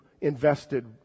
invested